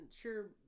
sure